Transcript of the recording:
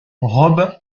rob